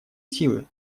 силы